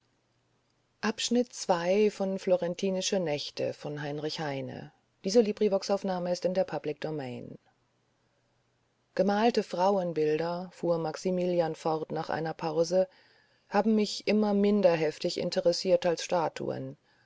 nacht gemalte frauenbilder fuhr maximilian fort nach einer pause haben mich immer minder heftig interessiert als statuen